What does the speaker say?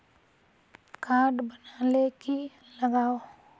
Card बना ले की लगाव?